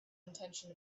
intention